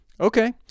Okay